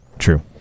True